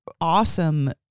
awesome